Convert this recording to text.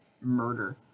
murder